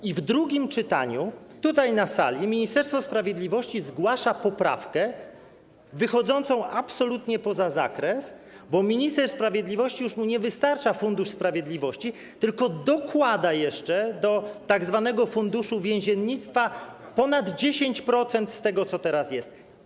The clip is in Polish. I w drugim czytaniu, tutaj na sali, Ministerstwo Sprawiedliwości zgłasza poprawkę wychodzącą absolutnie poza zakres ustawy, bo ministrowi sprawiedliwości już nie wystarcza Fundusz Sprawiedliwości, tylko dokłada jeszcze do tzw. funduszu więziennictwa ponad 10% z tego, co teraz jest.